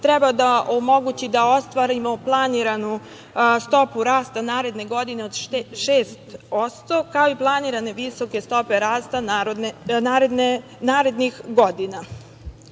treba da omogući da ostvarimo planiranu stopu rasta naredne godine od 6%, kao i planirane visoke stope rasta narednih godina. Ono